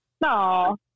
No